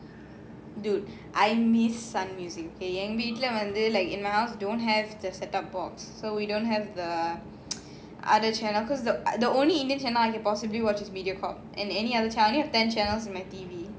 dude I miss எங்கவீட்லவந்து:enga veetla vandhu don't have the set up box so we don't have the other channel lah cause the the only indian channel I can possibly watch is mediacorp and any other channel I only have ten channels in my T_V